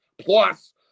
plus